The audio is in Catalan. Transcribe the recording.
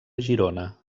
girona